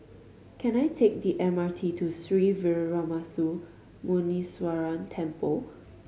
can I take the M R T to Sree Veeramuthu Muneeswaran Temple